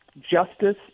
justice